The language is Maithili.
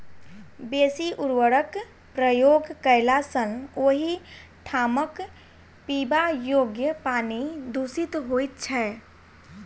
बेसी उर्वरकक प्रयोग कयला सॅ ओहि ठामक पीबा योग्य पानि दुषित होइत छै